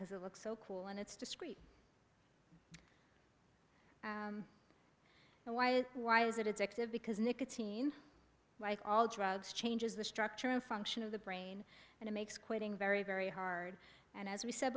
because it looks so cool and it's discrete and why and why is it addictive because nicotine like all drugs changes the structure and function of the brain and it makes quitting very very hard and as we said